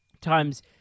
times